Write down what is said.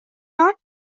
not